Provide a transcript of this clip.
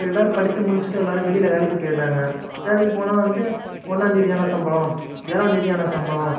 இப்போ எல்லாரும் படிச்சு முடிச்சிவிட்டு எல்லாரும் வெளியில வேலைக்கு போயிறாங்க வேலைக்கு போனா வந்து ஒன்னாம்தேதி ஆனால் சம்பளம் ஏழாம்தேதி ஆனால் சம்பளம்